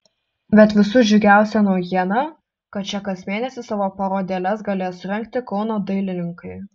bet visų džiugiausia naujiena kad čia kas mėnesį savo parodėles galės surengti kauno dailininkai